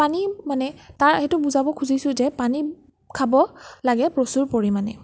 পানী মানে তাৰ এইটো বুজাব খুজিছো যে পানী খাব লাগে প্ৰচুৰ পৰিমাণে